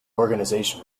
organization